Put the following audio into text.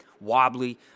wobbly